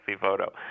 photo